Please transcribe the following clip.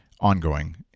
ongoing